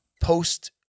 post